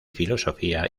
filosofía